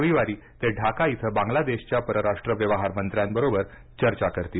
रविवारी ते ढाका इथं बांगलादेशच्या परराष्ट्र व्यवहार मंत्र्यांबरोबर चर्चा करतील